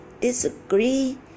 disagree